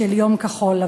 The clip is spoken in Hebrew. של יום כחול-לבן.